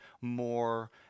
more